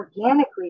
organically